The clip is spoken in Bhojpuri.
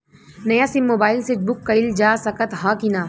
नया सिम मोबाइल से बुक कइलजा सकत ह कि ना?